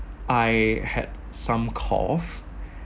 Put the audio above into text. I had some cough